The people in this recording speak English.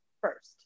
first